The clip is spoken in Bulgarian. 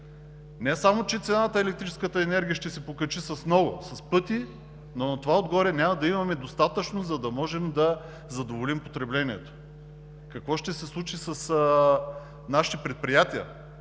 Не само че цената на електрическата енергия ще се покачи с много, в пъти, но на това отгоре няма да имаме и достатъчно, за да можем да задоволим потреблението. Какво ще се случи с нашите предприятия?